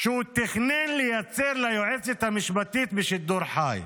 שהוא תכנן לייצר ליועצת המשפטית בשידור חי.